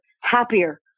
happier